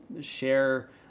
share